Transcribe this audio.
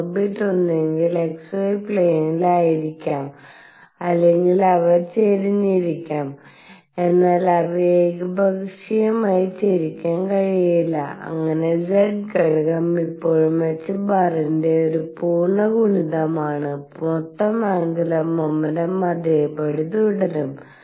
orbit ഒന്നുകിൽ xy പ്ലെയിനിൽ ആയിരിക്കാം അല്ലെങ്കിൽ അവ ചരിഞ്ഞിരിക്കാം എന്നാൽ അവയെ ഏകപക്ഷീയമായി ചരിക്കാൻ കഴിയില്ല അങ്ങനെ z ഘടകം ഇപ്പോഴും ℏ ന്റെ ഒരു പൂർണ്ണ ഗുണിതമാണ് മൊത്തം ആന്ഗുലർ മോമെന്റും അതേപടി തുടരും